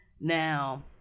Now